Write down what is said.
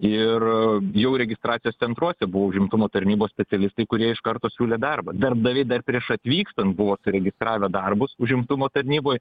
ir jau registracijos centruose buvo užimtumo tarnybos specialistai kurie iš karto siūlė darbą darbdaviai dar prieš atvykstant buvo suregistravę darbus užimtumo tarnyboj